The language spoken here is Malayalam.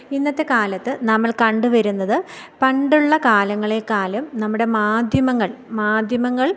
ഇന്നത്തെ കാലത്ത് നമ്മൾ കണ്ടുവരുന്നത് പണ്ടുള്ള കാലങ്ങളെക്കാളും നമ്മുടെ മാധ്യമങ്ങൾ മാധ്യമങ്ങൾ